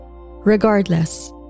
Regardless